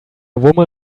woman